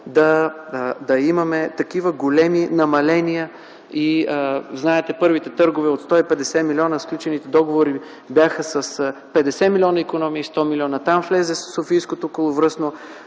да имаме такива големи намаления. Знаете, първите търгове от 150 милиона, сключените договори бяха с 50 милиона икономии, а 100 милиона влязоха в софийското околовръстно,